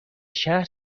شهر